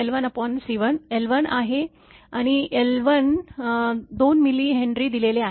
तरZ1 L1C1 L1 आहे L1 2 mH दिले आहे